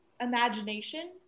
imagination